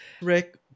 Rick